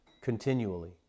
continually